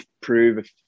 prove